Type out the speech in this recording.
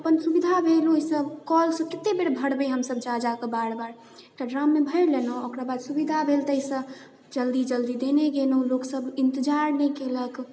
अपन सुविधा भेल ओहिसँ कल से कते बेर भरबै हमसब जा जाके बार बार तऽ ड्राममे भरि लेलहुँ ओकरा बाद सुविधा भेल ताहिसँ जल्दी जल्दी देने गेलहुँ लोकसब इंतजार नहि केलक